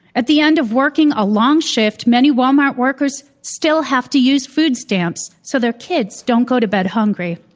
at the end of working a long shift, many walmart workers still have to use food stamps so their kids don't go to bed hungry.